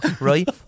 right